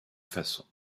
façon